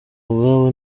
ubwabo